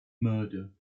murder